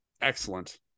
excellent